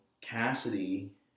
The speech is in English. Cassidy